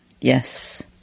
yes